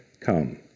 Come